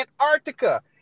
antarctica